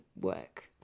work